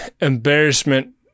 embarrassment